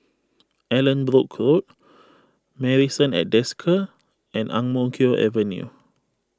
Allanbrooke Road Marrison at Desker and Ang Mo Kio Avenue